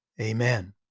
amen